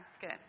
good